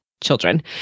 children